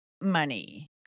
money